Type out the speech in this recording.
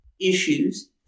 issues